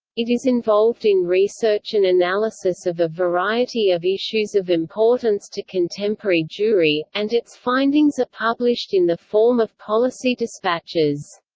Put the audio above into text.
it is involved in research and analysis of a variety of issues of importance to contemporary jewry, and its findings are published in the form of policy dispatches.